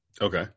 Okay